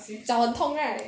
脚很痛 right